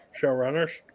showrunners